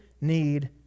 need